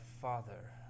father